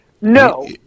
No